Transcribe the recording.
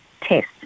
Test